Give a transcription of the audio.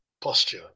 posture